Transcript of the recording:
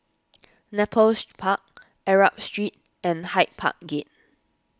Nepal Park Arab Street and Hyde Park Gate